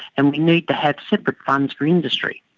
and we need to have separate funds for industry.